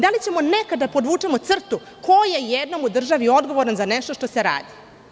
Da li ćemo nekada da povučemo crtu ko je jednom u državi odgovoran za nešto što se radi?